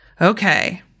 Okay